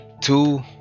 Two